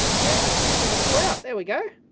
yeah that's just going to pull out. there we go.